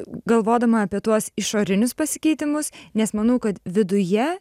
galvodama apie tuos išorinius pasikeitimus nes manau kad viduje